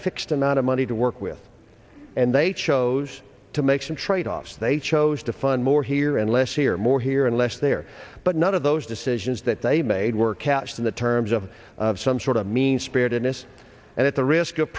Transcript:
fixed amount of money to work with and they chose to make some tradeoffs they chose to fund more here and less here more here and less there but none of those decisions that they made work catched in the terms of some sort of mean spiritedness and at the risk of